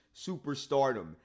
superstardom